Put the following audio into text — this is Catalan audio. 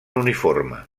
uniforme